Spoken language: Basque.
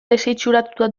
desitxuratuta